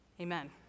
Amen